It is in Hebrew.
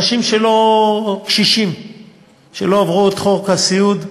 אנשים קשישים שלא עברו את חוק הסיעוד,